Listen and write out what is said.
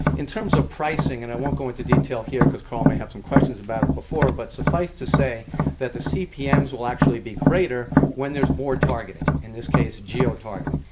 in terms of pricing, and i won't go into detail here because carl may have some questions about it before. but suffice it to say that the cpms will actually be greater when there's more targeting in this case, geo-targeting.